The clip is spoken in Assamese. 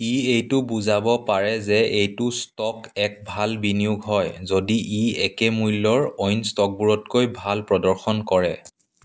ই এইটো বুজাব পাৰে যে এইটো ষ্টক এক ভাল বিনিয়োগ হয় যদি ই একে মূল্যৰ অইন ষ্টকবোৰতকৈ ভাল প্ৰদৰ্শন কৰে